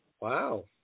Wow